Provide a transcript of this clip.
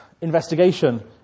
investigation